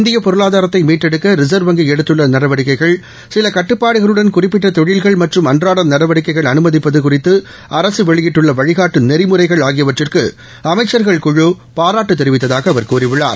இந்திய பொருளாதாரத்தை மீட்டெடுக்க ரிசர்வ் வங்கி எடுத்துள்ள நடவடிக்கைகள் சில கட்டுப்பாடுகளுடன் குறிப்பிட்ட தொழில்கள் மற்றும் அன்றாட நடவடிக்கைகள் அனுமதிப்பது குறித்து அரசு வெளியிட்டுள்ள வழிகாட்டு நெறிமுறைகள் ஆகியவற்றிற்கு அமைச்சா்கள் குழு பாராட்டு தெரிவித்ததாக அவர் கூறியுள்ளார்